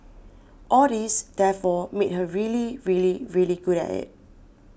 all this therefore made her really really really good at it